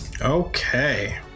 okay